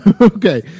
okay